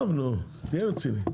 נתחיל.